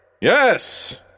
Yes